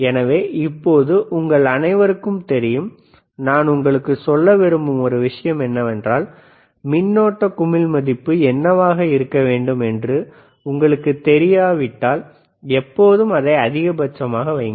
எனவே இப்போது உங்கள் அனைவருக்கும் தெரியும் நான் உங்களுக்கு சொல்ல விரும்பும் ஒரு விஷயம் என்னவென்றால் மின்னோட்ட குமிழ் மதிப்பு என்னவாக இருக்க வேண்டும் என்று உங்களுக்குத் தெரியாவிட்டால் எப்போதும் அதை அதிகபட்சமாக வையுங்கள்